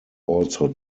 also